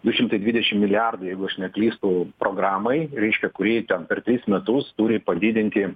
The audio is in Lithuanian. du šimtai dvidešimt milijardų jeigu aš neklystu programai reiškia kuri ten per trejus metus turi padidinti